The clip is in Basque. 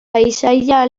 paisaia